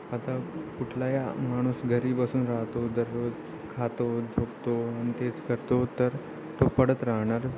आता कुठलाही हा माणूस घरी बसून राहतो दररोज खातो झोपतो आणि तेच करतो तर तो पडत राहणार